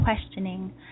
questioning